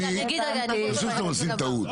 פשוט אתם עושים טעות.